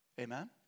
Amen